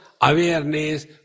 awareness